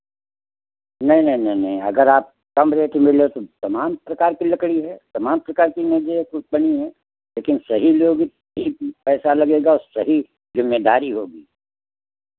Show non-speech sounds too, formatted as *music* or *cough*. नहीं नहीं नहीं नहीं अगर आप कम रेट मिले तो तमाम प्रकार की लकड़ी है तमाम प्रकार की मेज़ें है *unintelligible* है लेकिन सही लोगी *unintelligible* पैसा लगेगा उस सही जिम्मेदारी होगी